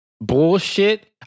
bullshit